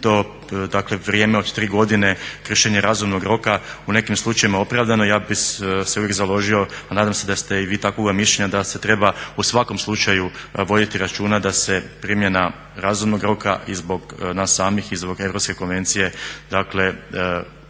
to vrijeme od 3 godine kršenje razumnog roka u nekim slučajevima opravdano. Ja bih se uvijek založio, a nadam se da ste i vi takvoga mišljenja da se treba u svakom slučaju voditi računa da se primjena razumnog roka i zbog nas samih i zbog Europske konvencije o